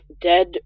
dead